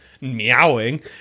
meowing